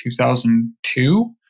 2002